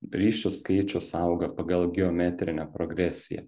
ryšių skaičius auga pagal geometrinę progresiją